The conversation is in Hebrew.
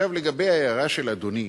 עכשיו לגבי ההערה של אדוני,